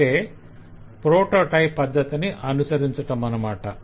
అంటే ప్రొటోటైప్ పద్ధతిని అనుసరించటమనమాట